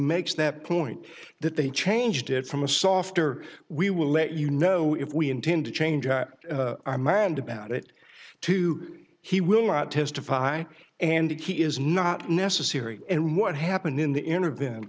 makes that point that they changed it from a softer we will let you know if we intend to change at hand about it to he will testify and he is not necessary and what happened in the interv